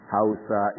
Hausa